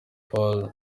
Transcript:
paul